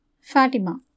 Fatima